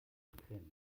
kränen